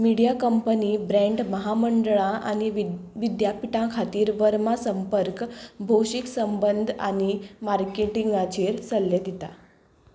media company brand महामंडळां आनी वीद विद्यापिठां खातीर वर्मा संपर्क भौशीक संबंद आनी मार्केटिंगाचेर सल्ले दिता